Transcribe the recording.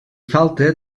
falta